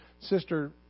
Sister